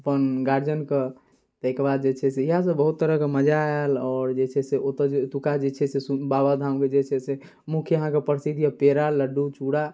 अपन गार्जिअनके ताहिके बाद जे छै इएहसब बहुत तरहके मजा आएल आओर जे छै से ओतऽ ओतुका जे छै से बाबाधामके जे छै से मुख्य अहाँके प्रसिद्ध अइ पेड़ा लड्डू चूड़ा